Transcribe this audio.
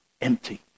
empty